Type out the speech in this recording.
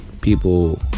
people